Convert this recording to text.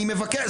אני מבקש.